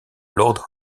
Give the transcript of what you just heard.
lord